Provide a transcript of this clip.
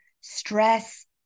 stress